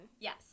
Yes